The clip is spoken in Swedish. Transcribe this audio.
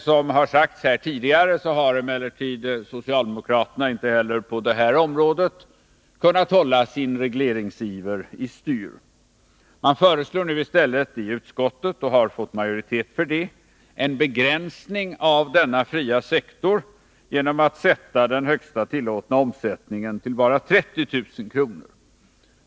Som har sagts här tidigare har emellertid socialdemokraterna inte heller på detta område kunnat hålla sin regleringsiver i styr. Man har i utskottet föreslagit — och fått majoritet för— en begränsning av denna fria sektor genom att sätta den högsta tillåtna omsättningen till bara 30 000 kr.